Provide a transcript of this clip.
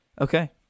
Okay